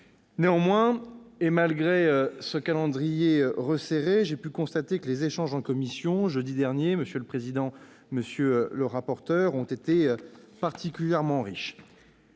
Néanmoins, et malgré ce calendrier resserré, j'ai pu constater que les échanges en commission, jeudi dernier, monsieur le président, monsieur le rapporteur, ont été particulièrement riches.